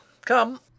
Come